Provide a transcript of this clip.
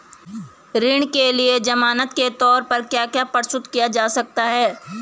ऋण के लिए ज़मानात के तोर पर क्या क्या प्रस्तुत किया जा सकता है?